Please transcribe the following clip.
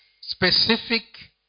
specific